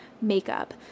makeup